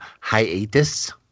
hiatus